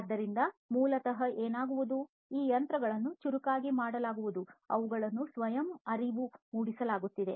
ಆದ್ದರಿಂದ ಮೂಲತಃ ಏನಾಗುವುದು ಈ ಯಂತ್ರಗಳನ್ನು ಚುರುಕಾಗಿ ಮಾಡಲಾಗುವುದು ಅವುಗಳನ್ನು ಸ್ವಯಂ ಅರಿವು ಮೂಡಿಸಲಾಗುತ್ತದೆ